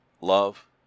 love